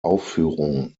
aufführung